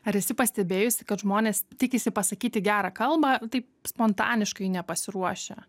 ar esi pastebėjusi kad žmonės tikisi pasakyti gerą kalbą taip spontaniškai nepasiruošę